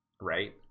right